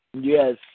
Yes